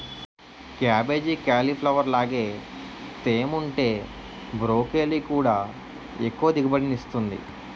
cabbage, cauliflower లాగే తేముంటే broccoli కూడా ఎక్కువ దిగుబడినిస్తుంది